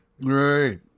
Right